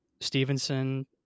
Stevenson